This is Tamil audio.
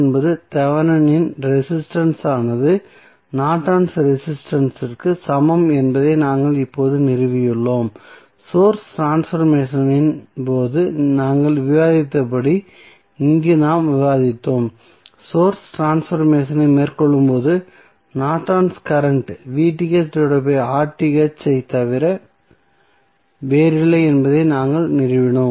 என்பது தெவெனின் ரெசிஸ்டன்ஸ் ஆனது நார்டன்ஸ் ரெசிஸ்டன்ஸ் இற்கு சமம் என்பதை நாங்கள் இப்போது நிறுவியுள்ளோம் சோர்ஸ் ட்ரான்ஸ்பர்மேசனின் போது நாங்கள் விவாதித்தபடி இங்கு நாம் விவாதித்தோம் சோர்ஸ் ட்ரான்ஸ்பர்மேசனை மேற்கொள்ளும்போது நார்டன்ஸ் கரண்ட் ஐத் தவிர வேறில்லை என்பதை நாங்கள் நிறுவினோம்